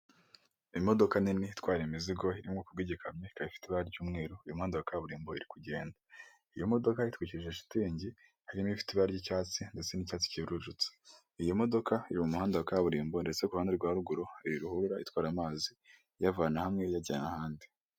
Imodoka nini itwara imizigo iri mu bwoko bw'igikamyo, ika ifite ibara ry'umweru iri mu muhanda wa kaburimbo iri kugenda. Iyo modoka itwikirije shitingi harimo ifite ibara ry'icyatsi ndetse n'icyatsi cyererutse. Iyi modoka iri mu muhanda wa kaburimbo ndetse iruhande rwa ruguru hari ruhura itwara amazi iyavana hamwe iyajyana ahandi.